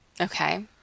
Okay